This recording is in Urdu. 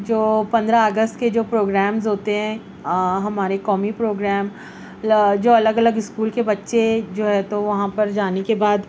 جو پندرہ اگست کے جو پروگرامز ہوتے ہیں ہمارے قومی پروگرام یا جو الگ الگ اسكول کے بچے جو ہے تو وہاں پر جانے کے بعد